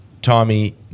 Tommy